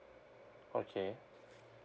okay